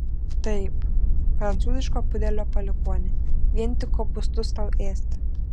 taip prancūziško pudelio palikuoni vien tik kopūstus tau ėsti